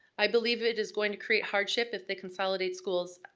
i believe it is going to create hardship if they consolidate schools.